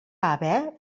haver